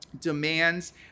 demands